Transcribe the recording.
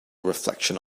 reflection